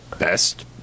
Best